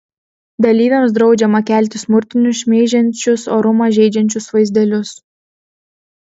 dalyviams draudžiama kelti smurtinius šmeižiančius orumą žeidžiančius vaizdelius